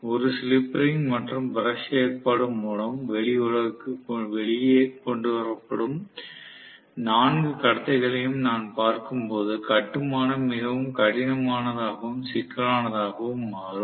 ஒரு slip ring மற்றும் brush ஏற்பாடு மூலம் வெளி உலகிற்கு வெளியே கொண்டு வரப்படும் 4 கடத்திகளையும் நான் பார்க்கும்போது கட்டுமானம் மிகவும் கடினமானதாகவும் சிக்கலானதாகவும் மாறும்